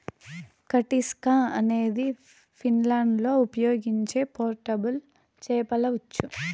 కటిస్కా అనేది ఫిన్లాండ్లో ఉపయోగించే పోర్టబుల్ చేపల ఉచ్చు